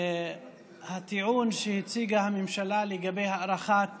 הטיעון שהציגה הממשלה לגבי הארכת